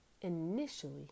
initially